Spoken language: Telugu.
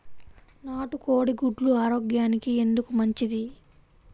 నాటు కోడి గుడ్లు ఆరోగ్యానికి ఎందుకు మంచిది?